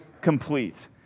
complete